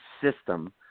system